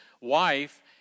wife